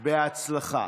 בהצלחה.